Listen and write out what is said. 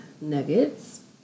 nuggets